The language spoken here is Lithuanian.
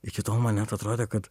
iki tol man net atrodė kad